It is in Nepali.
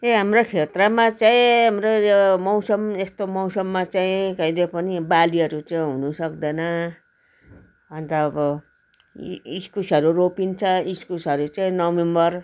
यहाँ हाम्रो क्षेत्रमा चाहिँ हाम्रो यो मौसम यस्तो मौसममा चाहिँ कहिले पनि बालीहरू चाहिँ हुनु सक्दैन अन्त अब इस्कुसहरू रोपिन्छ इस्कुसहरू चाहिँ नोभेम्बर